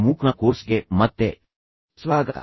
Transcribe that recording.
ಮೂಕ್ನ ಕೋರ್ಸ್ಗೆ ಮತ್ತೆ ಸ್ವಾಗತ